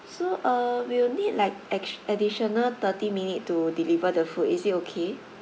so uh we'll need like ex~ additional thirty minute to deliver the food is it okay